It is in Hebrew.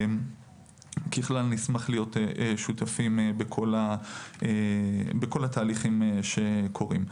ככלל, נשמח להיות שותפים בכל התהליכים שקורים.